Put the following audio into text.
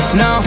no